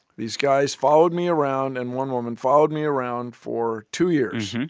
these guys followed me around and one woman followed me around for two years.